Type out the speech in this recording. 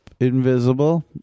invisible